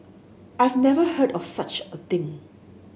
I've never heard of such a thing